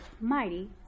mighty